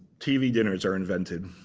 tv dinners are invented.